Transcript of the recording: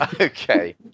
Okay